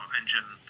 engine